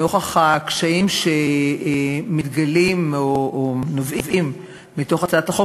לנוכח הקשיים שנובעים מהצעת החוק,